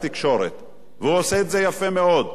והוא עושה את זה יפה מאוד, עשה את זה בערוץ-1,